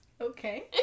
Okay